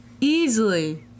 easily